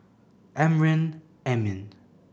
Amrin Amin